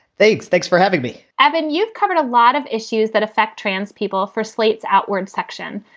thanks. thanks for having me. evan, you've covered a lot of issues that affect trans people for slate's outward section.